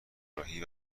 طراحی